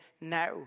now